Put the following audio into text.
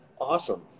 awesome